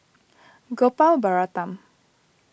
Gopal Baratham